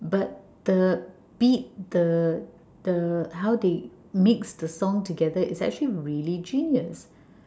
but the beat the the how they mix the song together is actually really genius